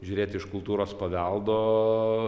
žiūrėt iš kultūros paveldo